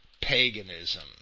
paganism